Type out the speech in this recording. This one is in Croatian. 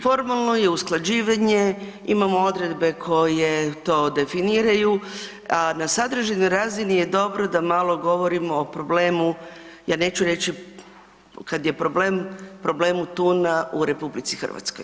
Formalno je usklađivanje, imamo odredbe koje to definiraju, a na sadržajnoj razini je dobro da malo govorimo o problemu, ja neću reći kada je problem, problemu tuna u RH.